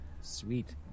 Sweet